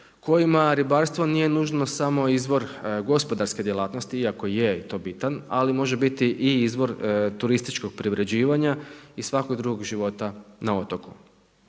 kojima ribarstvo nije nužno samo izvor gospodarske djelatnosti iako je i to bitan, ali može biti i izvor turističkog preuređivanja i svakog drugog života na otoku.